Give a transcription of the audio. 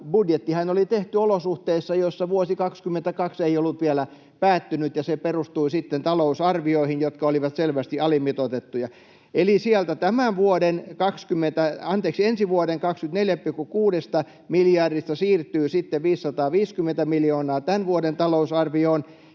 budjettihan oli tehty olosuhteissa, joissa vuosi 2022 ei ollut vielä päättynyt, ja se perustui sitten talousarvioihin, jotka olivat selvästi alimitoitettuja. Eli sieltä ensi vuoden 24,6 miljardista siirtyy sitten 550 miljoonaa tämän vuoden kirjanpitoon,